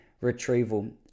retrieval